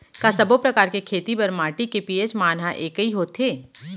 का सब्बो प्रकार के खेती बर माटी के पी.एच मान ह एकै होथे?